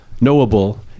knowable